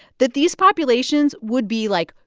that these populations would be, like,